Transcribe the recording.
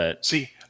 See